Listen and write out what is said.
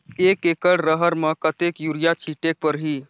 एक एकड रहर म कतेक युरिया छीटेक परही?